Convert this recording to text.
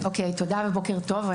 תודה ובוקר טוב.